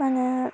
मानो